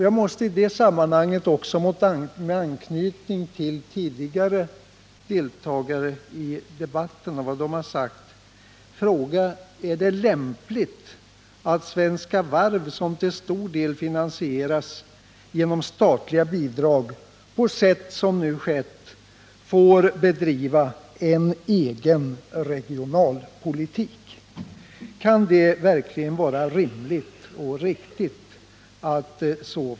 Jag måste i det sammanhanget, med anknytning till vad tidigare deltagare i debatten har sagt, ställa frågan: Är det lämpligt att Svenska Varv, som till stor del finansieras genom statliga bidrag, på sätt som nu skett får bedriva en egen regionalpolitik? Kan det verkligen vara rimligt och riktigt?